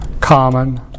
common